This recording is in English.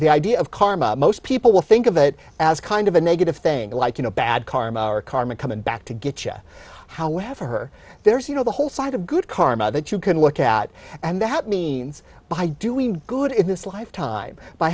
the idea of karma most people will think of it as kind of a negative thing like you know bad karma or karma coming back to get however her there's you know the whole side of good karma that you can look at and that means by doing good in this life time by